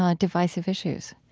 um divisive issues?